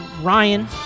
Ryan